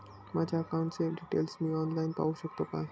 माझ्या अकाउंटचे डिटेल्स मी ऑनलाईन पाहू शकतो का?